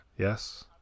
yes